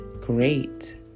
great